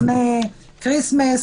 לפני כריסטמס,